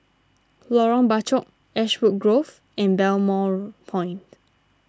Lorong Bachok Ashwood Grove and Balmoral Point